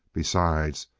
besides,